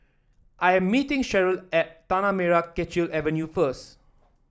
I am meeting Sheryll at Tanah Merah Kechil Avenue first